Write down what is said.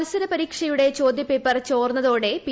മത്സര പരീക്ഷയുടെ ചോദ്യപേപ്പർ ചോർന്നതോടെ പി